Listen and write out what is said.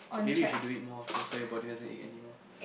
maybe you should do it more often so your body doesn't ache anymore